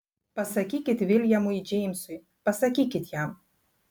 pasakykit viljamui džeimsui pasakykit jam